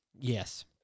Yes